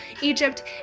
Egypt